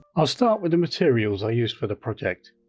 i'll start with the materials i used for the project.